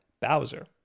Bowser